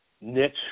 niche